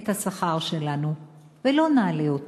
את השכר שלנו ולא נעלה אותו.